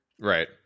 right